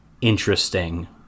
interesting